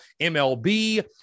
MLB